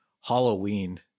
Halloween